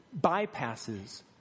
bypasses